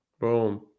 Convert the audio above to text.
Boom